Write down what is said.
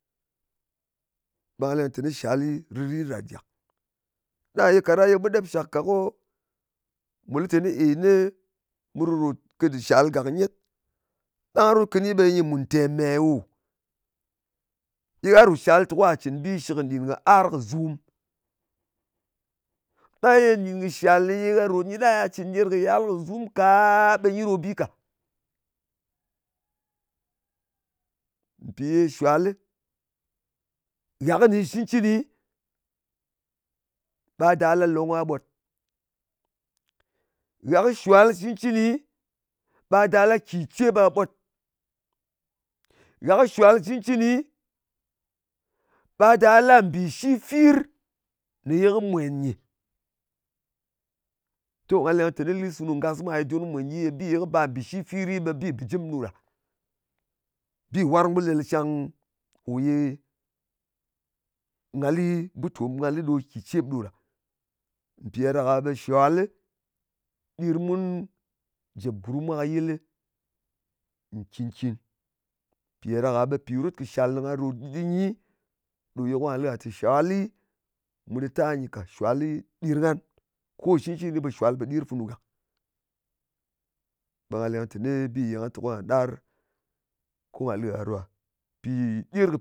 Ɓe ngà leng teni shali rɨrit ràt gàk. Ɗang ye kaɗang mu ɗep shak ka, ko mù lɨ teni mu rùròt shal gàk nyet, ɗang rot kɨni ɓe nyɨ mùn ntēme wo. Ye gha ròt shal te ko gha cɨn bi shɨk nɗìn kɨ̀ ar kì zum. Ɗang ye nɗin kɨ shàl ye gha ròt nyɨ ɗang gha cɨn ner kɨ yiar kɨ zum ka, a ɓe nyi ɗo bi ka. Mpì ye shuwalɨ, gha kɨnɨ shɨ cɨncɨni ɓa ɗa la nlong mwa a ɓot. Gha kɨ shuwal cɨncɨni, ɓa da la kyi cep gha ɓot. Gha kɨ shuwal cɨncɨni, ɓa da la mbì shi fir ne ye kɨ mwèn nyɨ. To nag leng teni lis funu ngas mwa ye mu mwen gyi, ɓe bi kɨ bar mbì shi fir, ɓe bi bɨjim ɗo ɗa. Bi warng ɓul ɗel nshang kò ye nga lɨ butom, nga li ɗo kì cep ɗo ɗa. Mpì ɗa ɗak-a ɓe shuwal ɗir mun jèp gurm mwa ka yɨl nkìn-kin. Mpì ɗa ɗak-a ɓe pì rot kɨ shal ne nga ròt nyi ɗo ye ka lɨ gha te shuwali mù tɨta nyi ka. Shuwali ɗir ngan. Ko shɨ cɨncɨni, ɓe shuwal pò ɗir funu gàk. Ɓe nga leng teni bi ye nga tè kwà ɗar ko ngà lɨ gha ɗo ɗa. Mpì ɗir kɨ